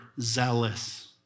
zealous